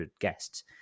guests